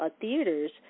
theaters